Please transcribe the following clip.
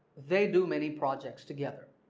they do many projects together.